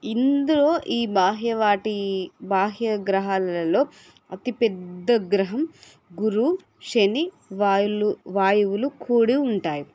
ఇందులో ఈ బాహ్య వాటి బాహ్యగ్రహాలలో అతిపెద్ద గ్రహం గురు శని వాయులు వాయువులు కూడి ఉంటాయి